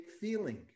feeling